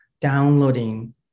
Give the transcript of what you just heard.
downloading